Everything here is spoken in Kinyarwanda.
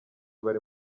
bari